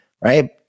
right